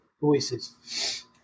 voices